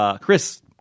Chris